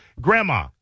Grandma